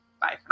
Bye